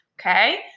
okay